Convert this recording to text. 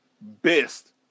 best